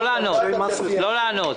לא לענות.